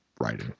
writing